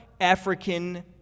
African